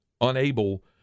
unable